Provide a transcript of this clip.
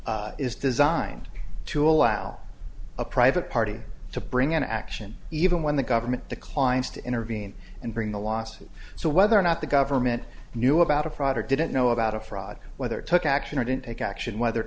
act is designed to allow a private party to bring an action even when the government declines to intervene and bring the lawsuit so whether or not the government knew about a product didn't know about a fraud whether it took action or didn't take action whether